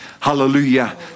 Hallelujah